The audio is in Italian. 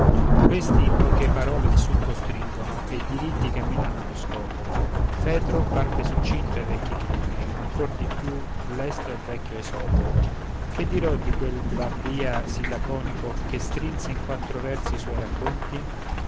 questi in poche parole il succo stringono e diritti camminano allo scopo fedro parve succinto ai vecchi critici ma ancor di lui più lesto è il vecchio esopo che dirò di quel babria sì laconico che strinse in quattro versi i suoi racconti